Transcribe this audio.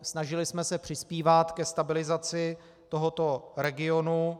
Snažili jsme se přispívat ke stabilizaci tohoto regionu.